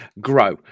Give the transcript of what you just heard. grow